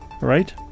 right